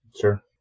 sure